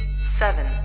seven